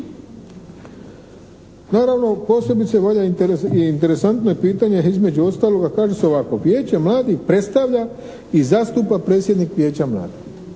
Naravno, posebice valja i interesantno je pitanje između ostaloga kaže se ovako – vijeća mladih predstavlja i zastupa predsjednik vijeća mladih.